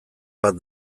bat